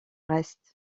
reste